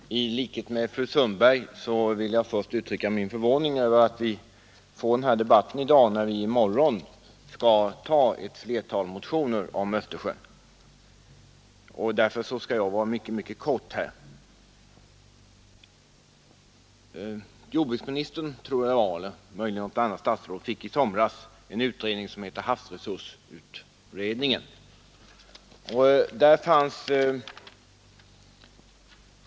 Herr talman! I likhet med fru Sundberg vill jag uttrycka min förvåning över att vi får denna debatt i dag när vi i morgon skall behandla ett flertal motioner om Östersjön. Därför skall jag fatta mig mycket kort. Herr jordbruksministern — eller möjligen något annat statsråd — fick i somras havsresursutredningens betänkande.